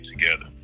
together